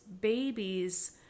babies